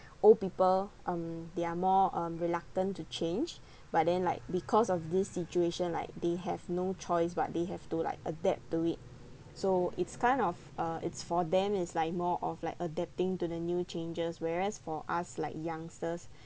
old people um they're more um reluctant to change but then like because of this situation like they have no choice but they have to like adapt to it so it's kind of a it's for them is like more of like adapting to the new changes whereas for us like youngsters